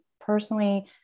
personally